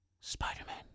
spider-man